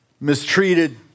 mistreated